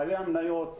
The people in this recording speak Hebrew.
בעלי המניות,